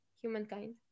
humankind